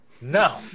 No